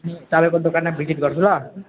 तपाईँको दोकानमा भिजिट गर्छु ल